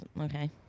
Okay